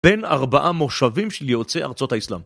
בין ארבעה מושבים של יוצאי ארצות האסלאם.